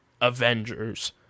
Avengers